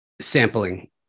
sampling